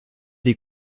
des